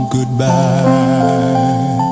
Goodbye